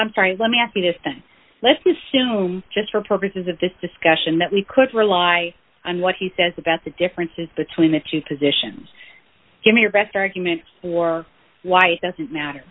i'm sorry let me ask you this let's assume just for purposes of this discussion that we could rely on what he says about the differences between the two positions give me your best arguments for why it doesn't matter